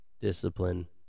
discipline